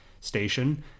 station